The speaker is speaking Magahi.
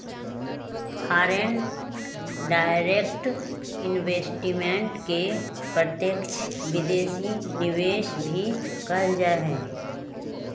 फॉरेन डायरेक्ट इन्वेस्टमेंट के प्रत्यक्ष विदेशी निवेश भी कहल जा हई